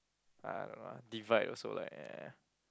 I don't know ah divide also like eh